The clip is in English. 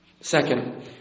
Second